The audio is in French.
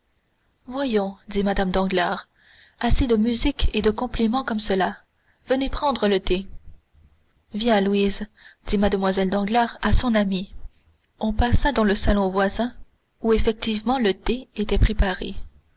voyons dit mme danglars assez de musique et de compliments comme cela venez prendre le thé viens louise dit mlle danglars à son amie on passa dans le salon voisin où effectivement le thé était préparé